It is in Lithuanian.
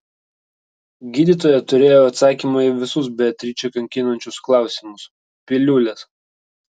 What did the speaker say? gydytoja turėjo atsakymą į visus beatričę kankinančius klausimus piliulės